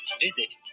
visit